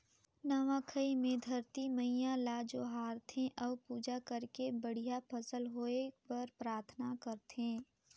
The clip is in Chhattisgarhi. नवा खाई मे धरती मईयां ल जोहार थे अउ पूजा करके बड़िहा फसल होए बर पराथना करथे